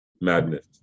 madness